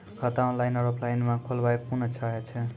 खाता ऑनलाइन और ऑफलाइन म खोलवाय कुन अच्छा छै?